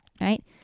Right